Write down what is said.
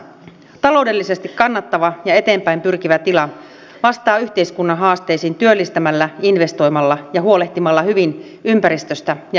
taloudellisesti kannattava ja eteenpäin pyrkivä tila vastaa yhteiskunnan haasteisiin työllistämällä investoimalla ja huolehtimalla hyvin ympäristöstä ja eläimistä